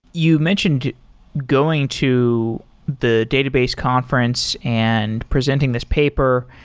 you mentioned going to the database conference and presenting this paper.